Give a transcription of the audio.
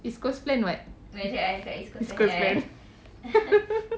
east coast plan [what] east coast plan